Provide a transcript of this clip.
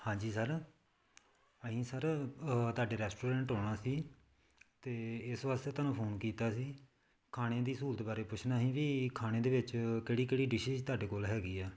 ਹਾਂਜੀ ਸਰ ਅਸੀਂ ਸਰ ਤੁਹਾਡੇ ਰੈਸਟੋਰੈਂਟ ਆਉਣਾ ਸੀ ਅਤੇ ਇਸ ਵਾਸਤੇ ਤੁਹਾਨੂੰ ਫੋਨ ਕੀਤਾ ਸੀ ਖਾਣੇ ਦੀ ਸਹੂਲਤ ਬਾਰੇ ਪੁੱਛਣਾ ਸੀ ਵੀ ਖਾਣੇ ਦੇ ਵਿੱਚ ਕਿਹੜੀ ਕਿਹੜੀ ਡਿਸ਼ਿਜ਼ ਤੁਹਾਡੇ ਕੋਲ ਹੈਗੀ ਆ